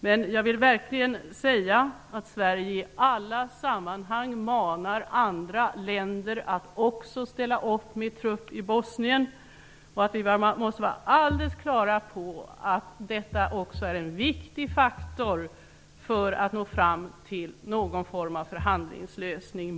Men jag vill verkligen framhålla att Sverige i alla sammanhang manar andra länder att också ställa upp med trupp i Bosnien och att vi måste vara helt klara över att detta också är en viktig faktor för att nå fram till någon form av förhandlingslösning.